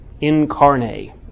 incarnate